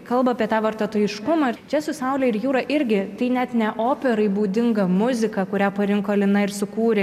kalba apie tą vartotojiškumą ir čia su saule ir jūra irgi tai net ne operai būdinga muzika kurią parinko lina ir sukūrė